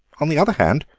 on the other hand,